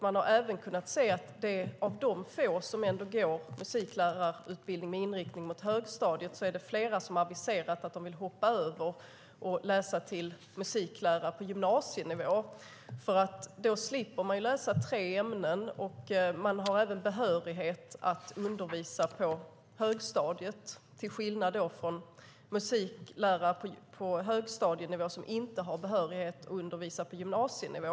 Man har också kunnat se att av det fåtal som går musiklärarutbildning med inriktning mot högstadiet är det flera som har aviserat att de vill hoppa över till musiklärarutbildningen med inriktning mot gymnasienivå. Då slipper de nämligen läsa tre ämnen samtidigt som de får behörighet att undervisa på högstadiet. De som läser utbildningen med inriktning mot högstadienivå får däremot inte behörighet att undervisa på gymnasienivå.